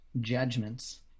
judgments